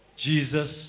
Jesus